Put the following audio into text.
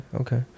okay